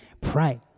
pray